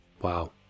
Wow